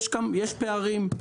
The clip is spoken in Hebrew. יש פערים.